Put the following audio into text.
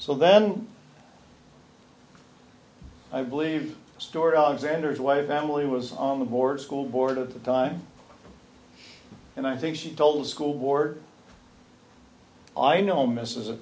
so then i believe stuart alexander's wife family was on the board school board of the time and i think she told the school board i know mrs